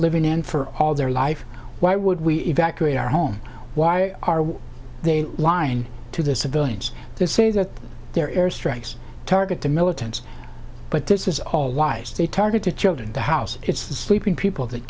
living in for all their life why would we evacuate our home why are they lying to the civilians they say that they're airstrikes targeting militants but this is all lies they targeted children the house it's the sleeping people that